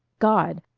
god!